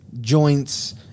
Joints